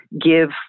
give